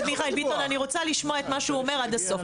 אני רוצה לשמוע את מה שהוא אומר עד הסוף.